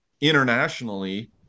internationally